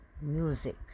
music